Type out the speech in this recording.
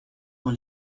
dans